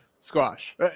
Squash